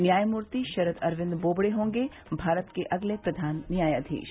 न्यायमूर्ति शरद अरविन्द बोबड़े होंगे भारत के अगले प्रधान न्यायाधीश